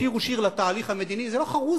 "שירו שיר לתהליך המדיני" זה לא חרוז,